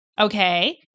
okay